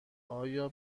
آیا